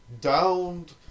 downed